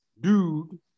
dude